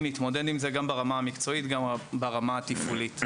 להתמודד עם זה גם ברמה המקצועית וגם ברמה התפעולית.